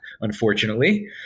unfortunately